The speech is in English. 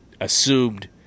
assumed